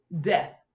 death